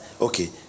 Okay